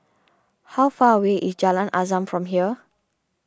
how far away is Jalan Azam from here